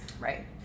right